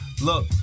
look